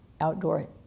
outdoor